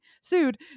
sued